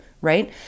right